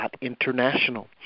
International